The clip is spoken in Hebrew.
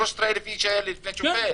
אישרנו.